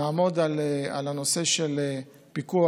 נעמוד על הנושא של פיקוח,